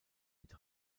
mit